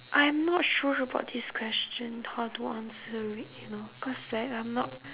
I am not sure about this question how to answer it you know cause like I'm not